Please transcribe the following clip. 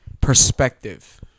perspective